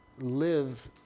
live